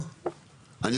הוא